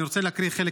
אני רוצה להקריא חלק